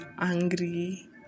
angry